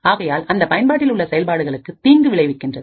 அதனால் அந்த பயன்பாட்டில் உள்ள செயல்பாடுகளுக்குதீங்கு விளைவிக்கின்றது